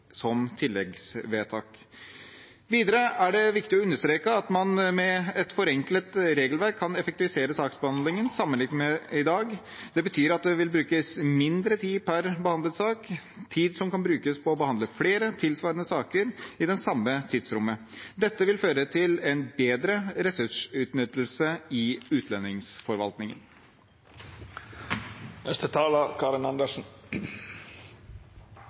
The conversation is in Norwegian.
som tilleggsvedtak. Videre er det viktig å understreke at man med et forenklet regelverk kan effektivisere saksbehandlingen, sammenlignet med i dag. Det betyr at det vil bli brukt mindre tid per behandlet sak, tid som kan brukes til å behandle flere tilsvarende saker i det samme tidsrommet. Dette vil føre til en bedre ressursutnyttelse i utlendingsforvaltningen.